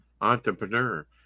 entrepreneur